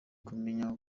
kumenya